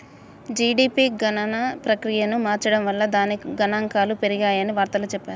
GDP గణన ప్రక్రియను మార్చడం వల్ల దాని గణాంకాలు పెరిగాయని వార్తల్లో చెప్పారు